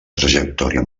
trajectòria